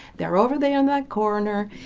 they're over there in that corner.